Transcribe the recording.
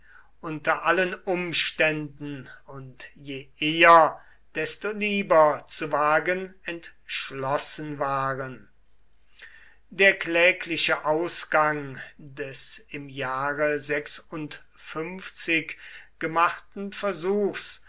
unter allen umständen und je eher desto lieber zu wagen entschlossen waren der klägliche ausgang des im jahre gemachten versuchs